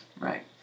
Right